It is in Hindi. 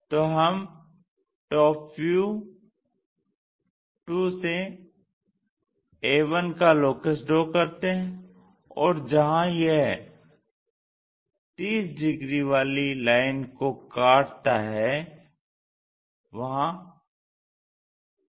तो हम TV2 से a1 का लोकस ड्रा करते हैं और जहाँ यह 30 डिग्री वाली लाइन को काट ता है वह a1 है